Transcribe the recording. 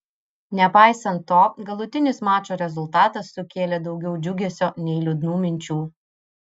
nepaisant to galutinis mačo rezultatas sukėlė daugiau džiugesio nei liūdnų minčių